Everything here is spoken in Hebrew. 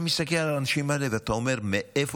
אתה מסתכל על האנשים האלה ואתה אומר: מאיפה